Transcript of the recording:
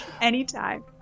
Anytime